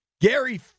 Gary